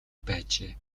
байжээ